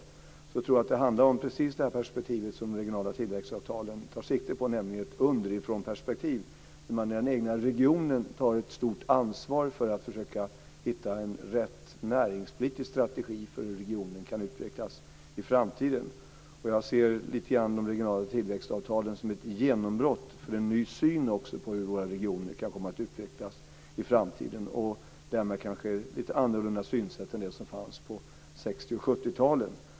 Vi behöver därför en reell diskussion som handlar om just det perspektiv som de regionala avtalen tar sikte på, nämligen ett underifrånperspektiv, där man i den egna regionen tar ett stort ansvar för att försöka hitta rätt näringspolitisk strategi för hur regionen kan utvecklas i framtiden. Jag ser de regionala tillväxtavtalen som ett genombrott för en ny syn på hur våra regioner kan komma att utvecklas i framtiden, och därmed kanske ett annorlunda synsätt än det som fanns på 60 och 70-talen.